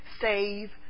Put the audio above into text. save